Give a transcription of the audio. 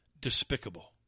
despicable